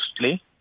mostly